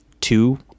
two